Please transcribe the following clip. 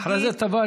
אחרי זה תבואי,